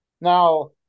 Now